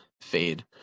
fade